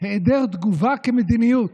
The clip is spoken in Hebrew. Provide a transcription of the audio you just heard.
היעדר תגובה כמדיניות,